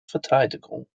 verteidigung